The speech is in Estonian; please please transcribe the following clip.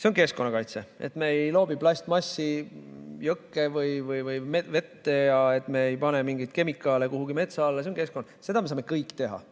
See on keskkonnakaitse. Et me ei loobi plastmassi jõkke või vette ja et me ei pane mingeid kemikaale kuhugi metsa alla – see on keskkonnakaitse, seda me saame kõik teha.